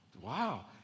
wow